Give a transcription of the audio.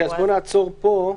אוקיי, נעצור פה.